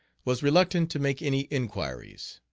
was reluctant to make any inquiries.